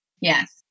Yes